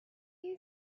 you